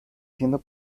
siendo